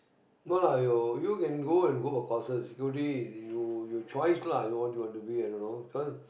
no lah you you can go and go for courses security it's you it's your choice lah what you want to be i don't know cause